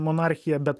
monarchiją bet